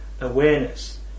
awareness